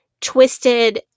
twisted